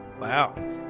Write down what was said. wow